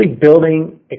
building